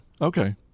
Okay